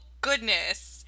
goodness